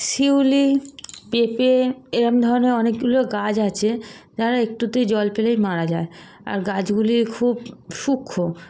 শিউলি পেঁপে এরম ধরনের অনেকগুলো গাছ আছে যারা একটুতেই জল পেলেই মারা যায় আর গাছগুলি খুব সূক্ষ্ম